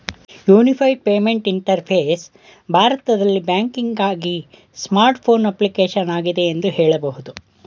unified payment interface ಭಾರತದಲ್ಲಿ ಬ್ಯಾಂಕಿಂಗ್ಆಗಿ smart phone application ಆಗಿದೆ ಎಂದು ಹೇಳಬಹುದು